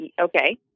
Okay